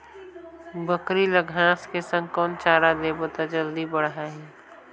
बकरी ल घांस के संग कौन चारा देबो त जल्दी बढाही?